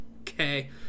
okay